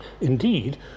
Indeed